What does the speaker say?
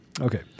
Okay